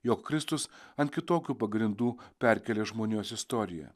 jog kristus ant kitokių pagrindų perkėlė žmonijos istoriją